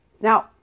Now